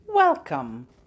Welcome